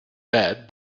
bad